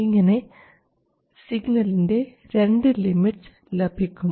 ഇങ്ങനെ സിഗ്നലിൻറെ രണ്ട് ലിമിറ്റ്സ് ലഭിക്കും